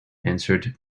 answered